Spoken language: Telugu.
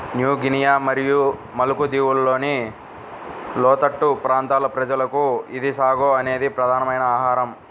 న్యూ గినియా మరియు మలుకు దీవులలోని లోతట్టు ప్రాంతాల ప్రజలకు ఇది సాగో అనేది ప్రధానమైన ఆహారం